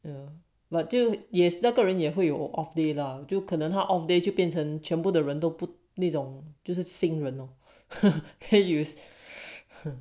ya but to yes 那个人也会有 off day lah 就可能他 off day 就变成全部的人都不那种就是